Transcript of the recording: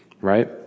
right